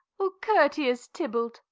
o courteous tybalt!